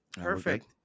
Perfect